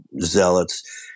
zealots